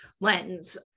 lens